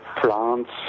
plants